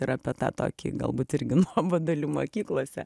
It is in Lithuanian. ir apie tą tokį galbūt irgi nuobodulį mokyklose